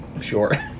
Sure